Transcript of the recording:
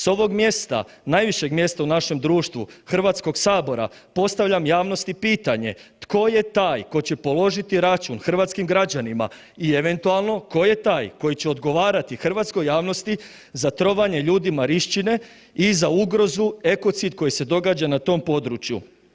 S ovog mjesta, najvišeg mjesta u našem društvu HS postavljam javnosti pitanje, tko je taj ko će položiti račun hrvatskim građanima i eventualno ko je taj koji će odgovarati hrvatskoj javnosti za trovanje ljudi Marišćine i za ugrozu ekocid koji se događa na tom području.